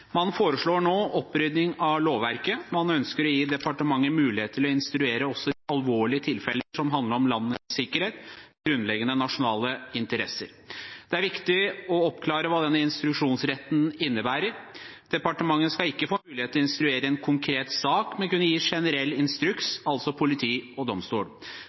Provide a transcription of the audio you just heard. Man foreslår nå opprydding av lovverket. Man ønsker å gi departementet mulighet til å instruere også i alvorlige tilfeller som handler om landets sikkerhet, grunnleggende nasjonale interesser. Det er viktig å oppklare hva denne instruksjonsretten innebærer. Departementet skal ikke få mulighet til å instruere i en konkret sak, men kunne gi generell instruks – for politiet og